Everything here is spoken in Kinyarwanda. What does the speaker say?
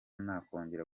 nakongera